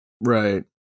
Right